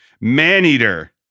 Maneater